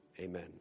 Amen